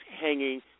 hanging